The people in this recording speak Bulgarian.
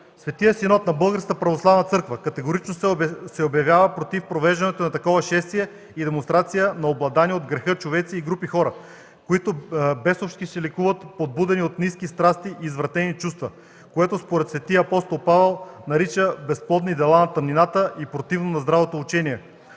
„Светият синод на Българската православна църква категорично се обявява против провеждането на такова шествие и демонстрация на обладани от греха човеци и групи хора, които бесовски ликуват, подбудени от ниски страсти и извратени чувства, което св.ап. Павел нарича „безплодни дела на тъмнината и противно на здравото учение”.